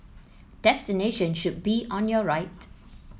destination should be on your right